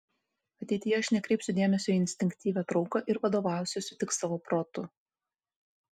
ateityje aš nekreipsiu dėmesio į instinktyvią trauką ir vadovausiuosi tik savo protu